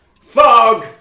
Fog